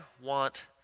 want